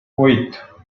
oito